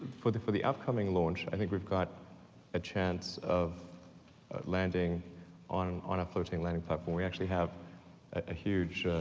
for the for the upcoming launch i think we've got a chance of landing on on a floating landing platform. we actually have a huge